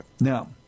Now